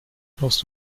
brauchst